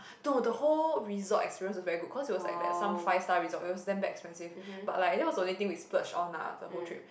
no the whole resort experience was very good cause it was like that some five star resort it was damn expensive but like that was the only thing we splurge on ah the whole trip